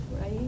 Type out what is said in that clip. right